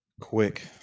Quick